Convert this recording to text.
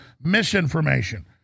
misinformation